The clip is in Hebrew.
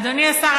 אדוני השר,